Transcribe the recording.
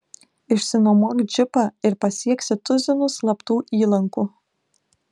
išsinuomok džipą ir pasieksi tuzinus slaptų įlankų